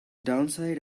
downside